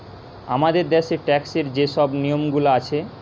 আমাদের দ্যাশের ট্যাক্সের যে শব নিয়মগুলা আছে